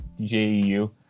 JEU